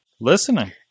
Listening